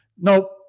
no